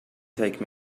take